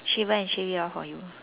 shaver and shave it off for you